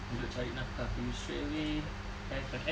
untuk cari nafkah you straightaway have an app